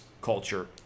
culture